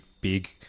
big